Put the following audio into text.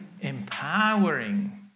Empowering